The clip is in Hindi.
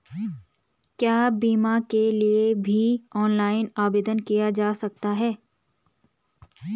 क्या बीमा के लिए भी ऑनलाइन आवेदन किया जा सकता है?